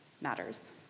matters